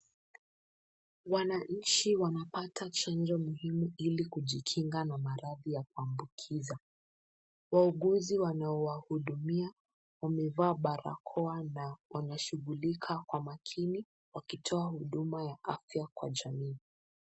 Wananchi wanapata chanjo muhimu ili kujikinga na maradhi ya kuambukiza. Wauguzi wanaowahudumia wamevaa barakoa na wanashughulika kwa makini wakitoa huduma ya afya kwa jamii.